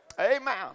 Amen